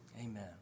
Amen